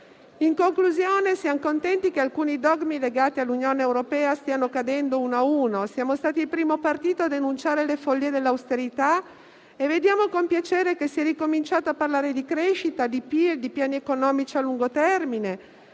In conclusione, siamo contenti che alcuni dogmi legati all'Unione europea stiano cadendo uno a uno. Siamo stati il primo partito a denunciare le follie dell'austerità e vediamo con piacere che si è ricominciato a parlare di crescita, di PIL, di piani economici a lungo termine